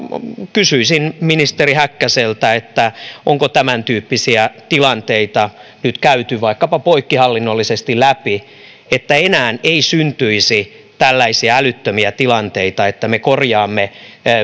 kysyisin ministeri häkkäseltä että onko tämäntyyppisiä tilanteita nyt käyty vaikkapa poikkihallinnollisesti läpi että enää ei syntyisi tällaisia älyttömiä tilanteita että